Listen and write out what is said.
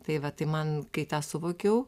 tai vat tai man kai tą suvokiau